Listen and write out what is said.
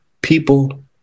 people